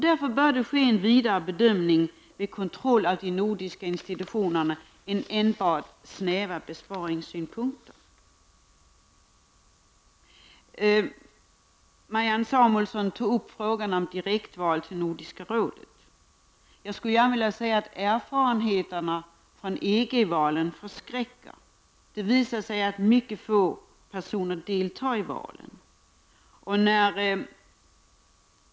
Därför bör det ske en vidare bedömning än från enbart snäva besparingsynpunkter vid kontroll av de nordiska institutionerna. Marianne Samuelsson tog upp frågan om direktval till Nordiska rådet. Till svar på det vill jag säga att erfarenheterna från EG-valen förskräcker. Det visar sig att mycket få personer deltar i valen.